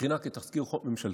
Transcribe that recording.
היא מכינה תזכיר חוק ממשלתי.